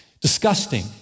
disgusting